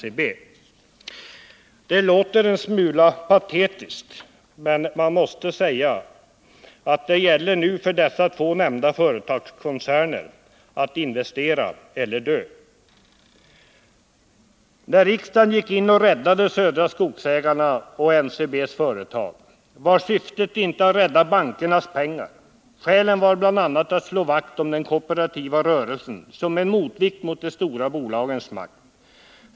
Även om det låter en smula patetiskt, måste man säga att det nu gäller för dessa två företagskoncerner att investera eller dö. : När riksdagen gick in och räddade Södra Skogsägarnas och NCB:s företag, var syftet inte att rädda bankernas pengar. Skälen var bl.a. att slå vakt om den kooperativa rörelsen som en motvikt mot de stora bolagens makt, att .